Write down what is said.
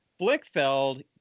Blickfeld